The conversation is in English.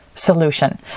solution